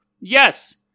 Yes